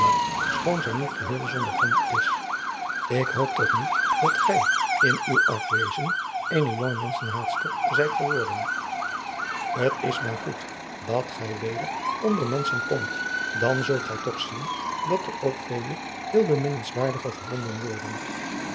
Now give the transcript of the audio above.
scboon zij niet geheel zonder grond is ik hoop toch niet dat gij in uw afwezen eene jonge menschenhaatster zijt geworden t is maar goed dat gij weder onder menschen komt dan zult gij toch zien dat er ook vele heel beminnenswaardige gevonden worden